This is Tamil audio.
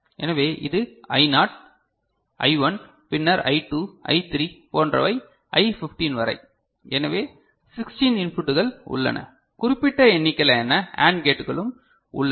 எனவே இது ஐ நாட் I1 பின்னர் I2 I3 போன்றவை I15 வரை எனவே 16 இன்புட்கள் உள்ளன குறிப்பிட்ட எண்ணிக்கையிலான AND கேட்களும் உள்ளன